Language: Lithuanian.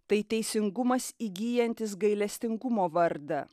tai teisingumas įgyjantis gailestingumo vardą